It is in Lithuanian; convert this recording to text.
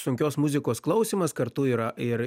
sunkios muzikos klausymas kartu yra ir